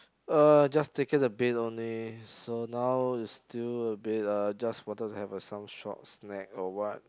uh just taken a bit only so now is still a bit uh just wanted to have a some short snack or what